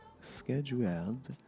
scheduled